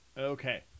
Okay